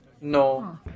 no